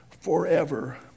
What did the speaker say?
forever